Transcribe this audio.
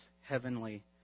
heavenly